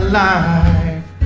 life